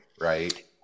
right